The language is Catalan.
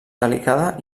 delicada